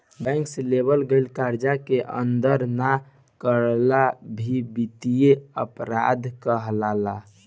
bank से लेवल गईल करजा के अदा ना करल भी बित्तीय अपराध कहलाला